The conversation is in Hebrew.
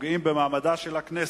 הפוגעים במעמדה של הכנסת,